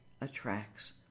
attracts